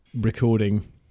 recording